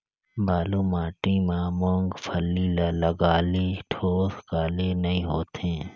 बालू माटी मा मुंगफली ला लगाले ठोस काले नइ होथे?